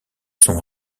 son